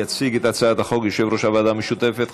יציג את הצעת החוק יושב-ראש הוועדה המשותפת,